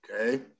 Okay